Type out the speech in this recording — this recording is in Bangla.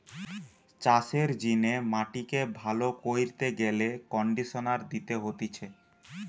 চাষের জিনে মাটিকে ভালো কইরতে গেলে কন্ডিশনার দিতে হতিছে